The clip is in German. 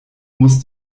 muss